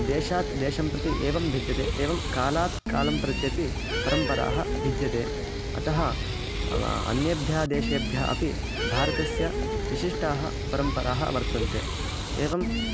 देशात् देशं प्रति एवं भिद्यते एवं कालात् कालं प्रत्यपि परम्पराः भिद्यन्ते अतः अन्येभ्यः देशेभ्यः अपि भारतस्य विशिष्टाः परम्पराः वर्तन्ते एवं